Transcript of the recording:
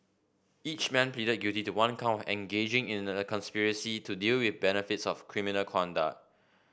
each man pleaded guilty to one count engaging in a conspiracy to deal with the benefits of criminal conduct